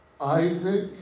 Isaac